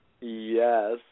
Yes